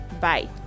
Bye